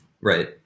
Right